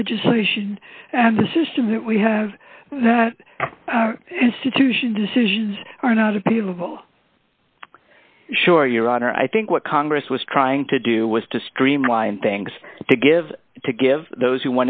legislation and the systems that we have that institution decisions are not appealable sure your honor i think what congress was trying to do was to streamline things to give to give those who